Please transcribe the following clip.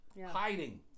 Hiding